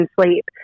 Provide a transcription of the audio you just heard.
sleep